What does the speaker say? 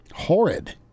horrid